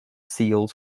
seals